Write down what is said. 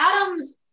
Adams